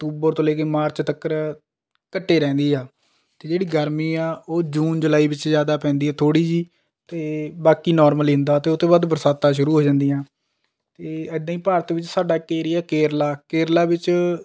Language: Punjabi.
ਅਕਤੂਬਰ ਤੋਂ ਲੈ ਕੇ ਮਾਰਚ ਤੱਕ ਘੱਟ ਹੀ ਰਹਿੰਦੀ ਹੈ ਅਤੇ ਜਿਹੜੀ ਗਰਮੀ ਹੈ ਉਹ ਜੂਨ ਜੁਲਾਈ ਵਿੱਚ ਜ਼ਿਆਦਾ ਪੈਂਦੀ ਹੈ ਥੋੜ੍ਹੀ ਜਿਹੀ ਅਤੇ ਬਾਕੀ ਨਾਰਮਲ ਹੀ ਹੁੰਦਾ ਅਤੇ ਉਹ ਤੋਂ ਬਾਅਦ ਬਰਸਾਤਾਂ ਸ਼ੁਰੂ ਹੋ ਜਾਂਦੀਆਂ ਅਤੇ ਇੱਦਾਂ ਹੀ ਭਾਰਤ ਵਿੱਚ ਸਾਡਾ ਇੱਕ ਏਰੀਆ ਕੇਰਲਾ ਕੇਰਲਾ ਵਿੱਚ